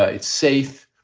ah it's safe.